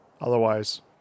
Otherwise